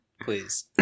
Please